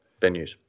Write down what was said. venues